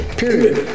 period